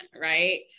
right